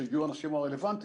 שגם הגיעו האנשים הרלוונטיים.